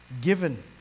given